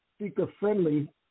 speaker-friendly